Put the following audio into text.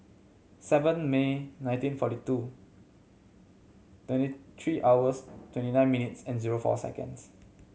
seven May nineteen forty two twenty three hours twenty nine minutes and zero four seconds